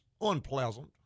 unpleasant